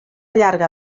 llarga